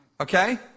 okay